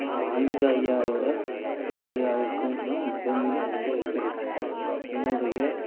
நான் ஆங்கில ஐயாவை விட கணித ஐயாவிற்கும் தான் மிக மிக நன்றியை தெரிவித்துக்கிறேன் என்னுடைய